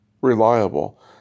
reliable